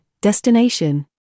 destination